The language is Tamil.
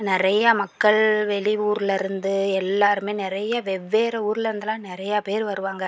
நிறையா மக்கள் வெளியூர்லேருந்து எல்லாருமே நிறைய வெவ்வேறு ஊர்லயிருந்தெல்லாம் நிறைய பேர் வருவாங்க